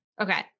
Okay